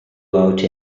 out